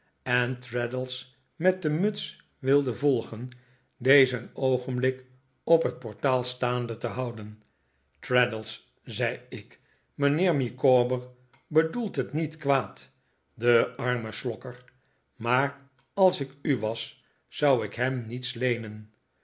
en traddles met de muts wilde volgen dezen een oogenblik op het portaal staande te houden traddles zei ik mijnheer micawber bedoelt het niet kwaad de arrrie slokker maar als ik u was zou ik hem niets leenen